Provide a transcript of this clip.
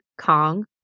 Kong